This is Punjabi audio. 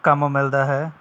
ਕੰਮ ਮਿਲਦਾ ਹੈ